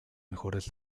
mejores